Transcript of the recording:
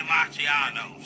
Marciano